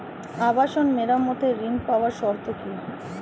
আবাসন মেরামতের ঋণ পাওয়ার শর্ত কি?